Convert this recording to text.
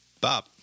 Bob